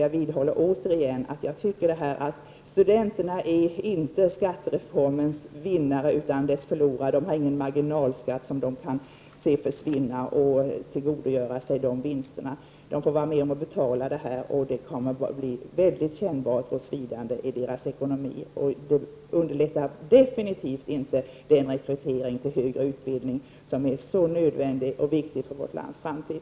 Jag vidhåller återigen att studenterna inte är skattereformens vinnare, utan dess förlorare. De har ingen marginalskatt som försvinner där de kan tillgodogöra sig vinster. De får vara med och betala detta, och det kommer att bli mycket kännbart och svidande i deras ekonomi. Det underlättar absolut inte den rekrytering till högre utbildning som är så nödvändig och viktig för vårt lands framtid.